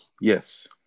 Yes